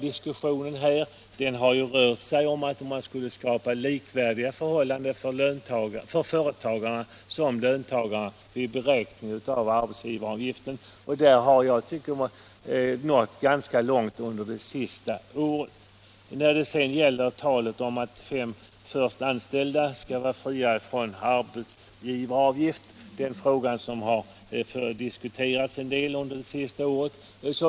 Diskussionen har ju gått ut på att man borde skapa likvärdiga förhållanden för företagare och löntagare vid beräkning av arbetsgivaravgiften, och enligt min mening har man nått ganska långt på detta område under den senaste tiden. Frågan om huruvida det skall utgå arbetsgivaravgift för de fem först anställda har diskuterats en del under det senaste året.